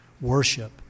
worship